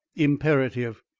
imperative.